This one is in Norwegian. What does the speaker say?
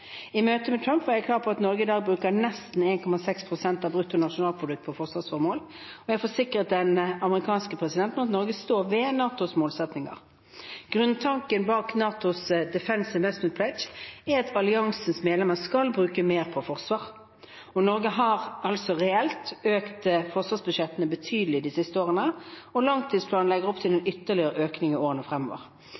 i neste langtidsplan. I møtet med Trump var jeg klar på at Norge i dag bruker nesten 1,6 pst av brutto nasjonalprodukt på forsvarsformål, og jeg forsikret den amerikanske presidenten om at Norge står ved NATOs målsettinger. Grunntanken bak NATOs Defence Investment Pledge er at alliansens medlemsland skal bruke mer på forsvar. Norge har altså reelt økt forsvarsbudsjettene betydelig de siste årene, og langtidsplanen legger opp til en